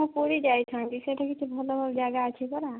ମୁଁ ପୁରୀ ଯାଇଥାନ୍ତି ସେଠି କିଛି ଭଲ ଭଲ ଯାଗା ଅଛି ପରା